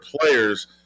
players